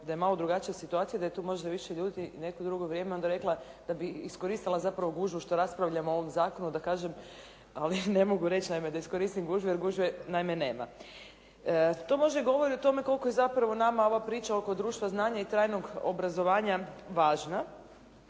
da je malo drugačija situacija, da je tu možda više ljudi, neko drugo vrijeme onda rekla da bi iskoristila zapravo gužvu što raspravljamo o ovom zakonu da kažem, ali ne mogu reći naime da iskoristim gužvu, jer gužve naime nema. To možda govori o tome koliko je zapravo nama ova priča ova priča oko društva znanja i trajnog obrazovanja važna.